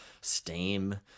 steam